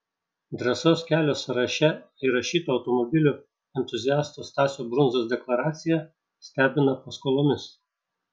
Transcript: drąsos kelio sąraše įrašyto automobilių entuziasto stasio brundzos deklaracija stebina paskolomis